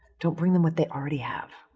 don't bring them what they already have.